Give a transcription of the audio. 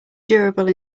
durable